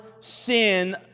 sin